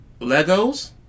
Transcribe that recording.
Legos